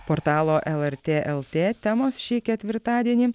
portalo lrt lt temos šį ketvirtadienį